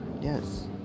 yes